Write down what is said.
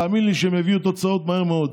תאמין לי שהם יביאו תוצאות מהר מאוד.